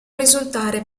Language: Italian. risultare